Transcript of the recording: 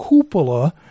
cupola